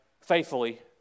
faithfully